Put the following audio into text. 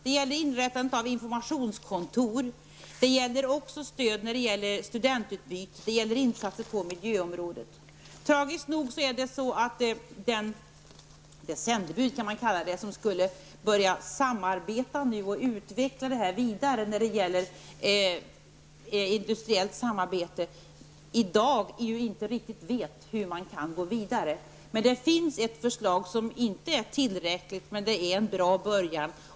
Det gäller inrättandet av informationskontor, stöd till studentutbyte och insatser på miljöområdet. När det gäller det s.k. sändebud som nu skulle börja samarbeta och utveckla detta vidare med industriellt samarbete vet vi nu tragiskt nog inte riktigt hur man kan gå vidare. Det finns ett förslag som inte är tillräckligt, men det är en bra början.